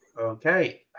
Okay